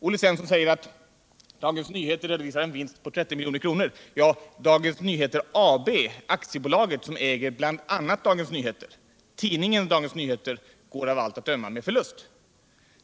Olle Svensson säger att Dagens Nyheter redovisar en vinst på 30 milj.kr. Ja, det är Dagens Nyheter AB, aktiebolaget som äger bl.a. Dagens Nyheter. Tidningen Dagens Nyheter går däremot av allt att döma med förlust.